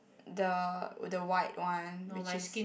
the the white one which is